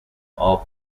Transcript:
all